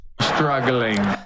struggling